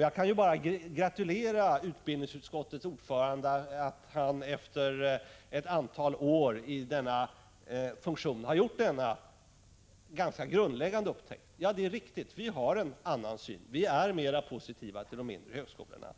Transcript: Jag kan bara gratulera utbildningsutskottets ordförande till att han efter ett antal år i denna funktion har gjort en så grundläggande upptäckt. Ja, det är riktigt, vi har en annan syn. Vi är mera positiva till de mindre högskolorna.